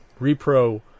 repro